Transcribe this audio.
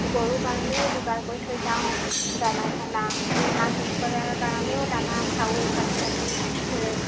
গৰুৰ কাৰণেও যোগাৰ কৰি থৈ যাওঁ দানা চানা হাঁহ কুকাৰৰ কাৰণেও দানা চাউল পাতি আদি ৰে